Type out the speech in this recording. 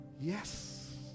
Yes